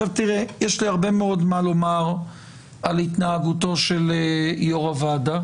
יש לי הרבה מה לומר על התנהגותו של יושב-ראש הוועדה.